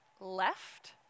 left